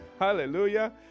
Hallelujah